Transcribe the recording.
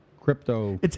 crypto